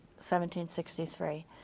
1763